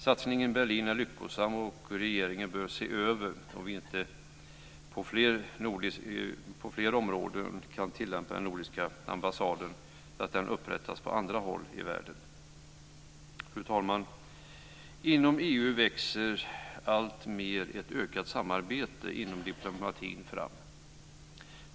Satsningen i Berlin är lyckosam, och regeringen bör se över om vi inte kan upprätta nordiska ambassader på andra håll i världen. Fru talman! Inom EU växer alltmer ett ökat samarbete inom diplomatin fram.